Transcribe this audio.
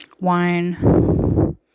wine